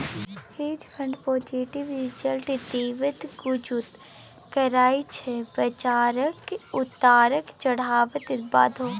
हेंज fund positive result देबाक जुगुत करय छै बजारक उतार चढ़ाबक बादो